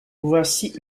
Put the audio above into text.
voici